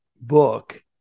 book